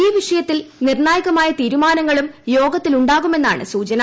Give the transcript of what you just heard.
ഈ വിഷയത്തിൽ നിർണ്ണായകമായ തീരുമാനങ്ങളും യോഗത്തിലുണ്ടാകുമെന്നാണ് സൂചന